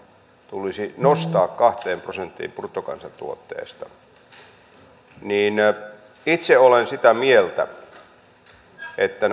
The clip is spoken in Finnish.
tulisi nostaa kahteen prosenttiin bruttokansantuotteesta niin itse olen sitä mieltä että